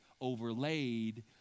overlaid